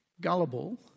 gullible